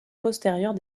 postérieure